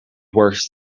worse